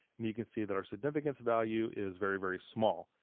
and you can see that our significance value is very, very small.